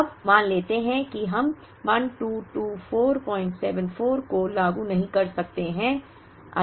अब मान लेते हैं कि हम 122474 को लागू नहीं कर रहे हैं